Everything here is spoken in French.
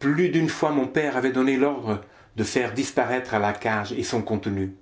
plus d'une fois mon père avait donné l'ordre de faire disparaître la cage et son contenu